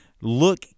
look